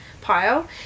pile